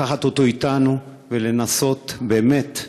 לקחת אותו אתנו, ולנסות, באמת,